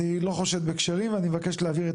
אני לא חושד בכשרים ואני מבקש להעביר את